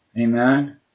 Amen